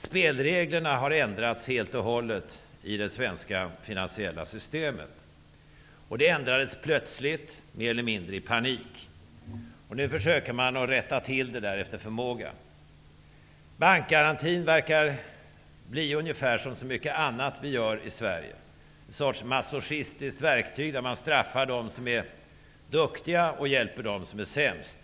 Spelreglerna har ändrats helt och hållet i det svenska finansiella systemet, och de ändrades plötsligt, mer eller mindre i panik. Nu försöker man att rätta till det efter förmåga. Bankgarantin verkar bli ungefär som så mycket annat vi gör i Sverige, en sorts masochistiskt verktyg; man straffar dem som är duktiga och hjälper dem som är sämst.